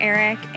Eric